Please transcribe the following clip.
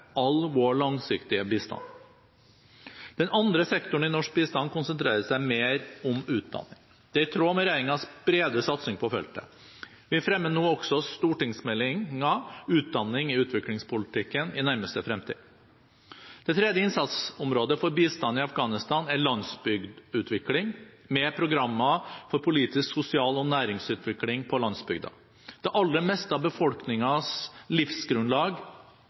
all vår langsiktige bistand. Den andre sektoren norsk bistand konsentrerer seg mer om, er utdanning. Det er i tråd med regjeringens bredere satsing på feltet. Vi fremmer nå også stortingsmeldingen om utdanning i utviklingspolitikken. Det tredje innsatsområdet for bistanden i Afghanistan er landsbygdutvikling, med programmer for politisk utvikling, sosial utvikling og næringsutvikling på landsbygda. Det aller meste av befolkningens livsgrunnlag